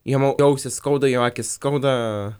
jam au ausį skauda jo akys skauda